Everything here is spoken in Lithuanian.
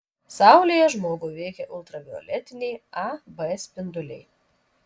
saulėje žmogų veikia ultravioletiniai a b spinduliai